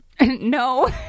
No